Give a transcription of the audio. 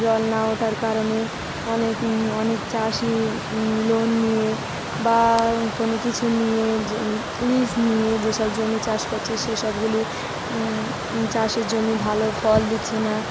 জল না ওঠার কারণে অনেক অনেক চাষি লোন নিয়ে বা কোনো কিছু নিয়ে যে লিজ নিয়ে যেসব জমি চাষ করছে সেসবগুলি চাষের জমি ভালো ফল দিচ্ছে না